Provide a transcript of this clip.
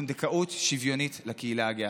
פונדקאות שוויונית לקהילה הגאה.